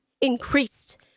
increased